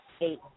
eight